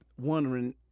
wondering